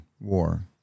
war